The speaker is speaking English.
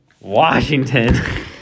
Washington